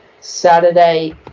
Saturday